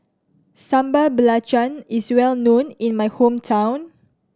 Sambal Belacan is well known in my hometown